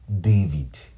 David